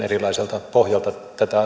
erilaiselta pohjalta tätä